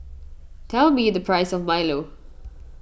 tell me the price of Milo